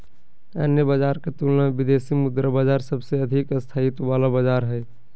अन्य बाजार के तुलना मे विदेशी मुद्रा बाजार सबसे अधिक स्थायित्व वाला बाजार हय